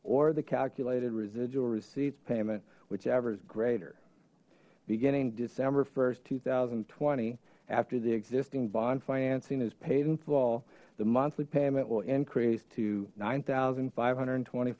or the calculated residual receipts payment whichever is greater beginning december st two thousand and twenty after the existing bond financing is paid and fall the monthly payment will increase to nine thousand five hundred and twenty